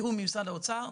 בתיאום עם משרד האוצר,